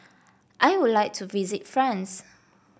I would like to visit France